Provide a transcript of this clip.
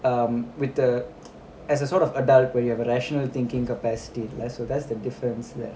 um with the as a sort of adult where you have a rational thinking capacity இல்ல:illa so that's the difference there